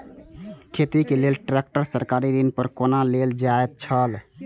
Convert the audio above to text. खेती के लेल ट्रेक्टर सरकारी ऋण पर कोना लेल जायत छल?